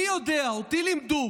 אני יודע, אותי לימדו